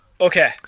Okay